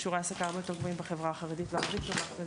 שיעורי ההעסקה הרבה יותר גבוהים מבחברה הערבית והחרדית,